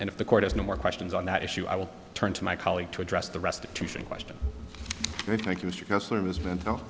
if the court has no more questions on that issue i will turn to my colleague to address the restitution